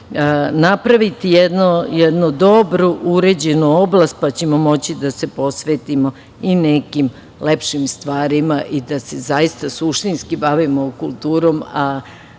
napraviti jednu dobro uređenu oblast pa ćemo moći da se posvetimo i nekim lepšim stvarima i da se zaista suštinski bavimo kulturom,